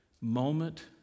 moment